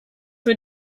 für